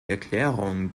erklärung